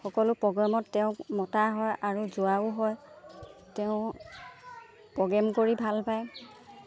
সকলো প্ৰগ্ৰেমত তেওঁক মতা হয় আৰু যোৱাও হয় তেওঁ প্ৰগ্ৰেম কৰি ভাল পায়